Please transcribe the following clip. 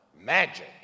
magic